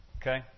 Okay